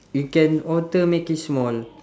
you can alter make it small